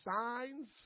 signs